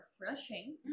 refreshing